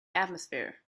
atmosphere